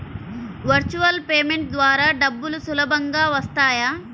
Virtual payment ద్వారా డబ్బులు సులభంగా వస్తాయా?